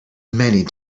many